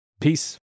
Peace